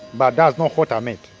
but that's not what i meant.